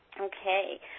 okay